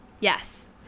Yes